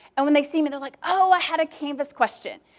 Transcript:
and when they see me they're like, oh, i had a canvas question.